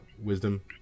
wisdom